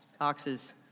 oxes